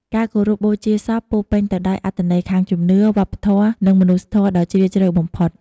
ការគោរពបូជាសពពោរពេញទៅដោយអត្ថន័យខាងជំនឿ វប្បធម៌ និងមនុស្សធម៌ដ៏ជ្រាលជ្រៅបំផុត។